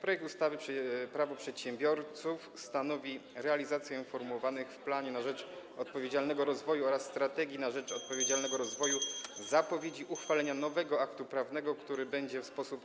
Projekt ustawy Prawo przedsiębiorców stanowi realizację formułowanych w „Planie na rzecz odpowiedzialnego rozwoju” oraz „Strategii na rzecz odpowiedzialnego rozwoju” zapowiedzi uchwalenia nowego aktu prawnego, [[Gwar na sali, dzwonek]] który będzie w sposób